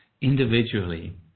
individually